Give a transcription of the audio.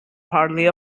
partly